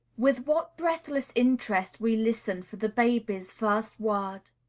with what breathless interest we listen for the baby's first word!